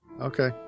Okay